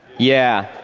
yeah.